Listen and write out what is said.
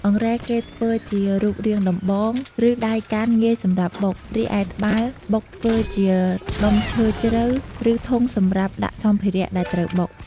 អង្រែគេធ្វើជារូបរាងដំបង ឬដៃកាន់ងាយសម្រាប់បុក រឺឯត្បាល់បុកធ្វើជាដុំឈើជ្រៅ ឬធុងសម្រាប់ដាក់សម្ភារៈដែលត្រូវបុក។។